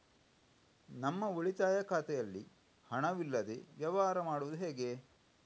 ನಮ್ಮ ಉಳಿತಾಯ ಖಾತೆಯಲ್ಲಿ ಹಣವಿಲ್ಲದೇ ವ್ಯವಹಾರ ಮಾಡುವುದು ಹೇಗೆ?